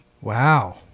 Wow